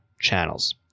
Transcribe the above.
channels